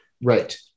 right